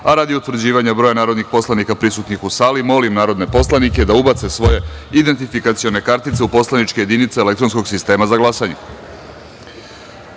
utvrđivanja broja narodnih poslanika prisutnih u sali, molim narodne poslanike da ubace svoje identifikacione kartice u poslaničke jedinice elektronskog sistema za